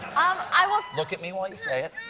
i will look at me while you say it?